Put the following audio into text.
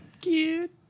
Cute